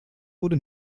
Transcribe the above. wurde